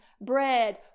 bread